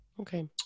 Okay